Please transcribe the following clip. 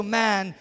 man